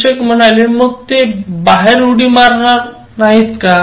शिक्षक म्हणाले मग ते बाहेर उडी मारणार नाहीत का